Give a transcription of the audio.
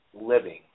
living